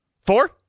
Four